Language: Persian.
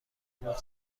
موج